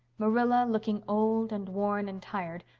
marilla, looking old and worn and tired,